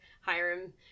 Hiram